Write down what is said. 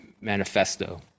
manifesto